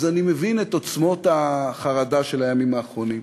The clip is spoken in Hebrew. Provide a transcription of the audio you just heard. אז אני מבין את עוצמות החרדה של הימים האחרונים.